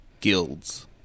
guilds